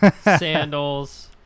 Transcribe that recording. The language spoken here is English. Sandals